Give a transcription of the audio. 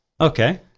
Okay